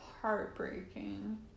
Heartbreaking